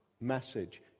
message